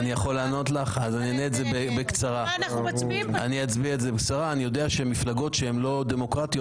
אני יכול לענות לך ואענה לך בקצרה: אני יודע שמפלגות שהם לא דמוקרטיות,